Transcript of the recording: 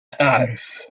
أعرف